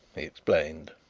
he explained.